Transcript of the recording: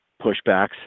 pushbacks